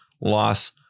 loss